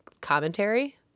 commentary